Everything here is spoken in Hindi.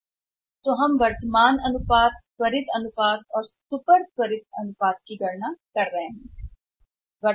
इसलिए हम जो कर रहे थे हम वर्तमान अनुपात त्वरित अनुपात और सुपर त्वरित अनुपात की गणना कर रहे हैं सही